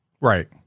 Right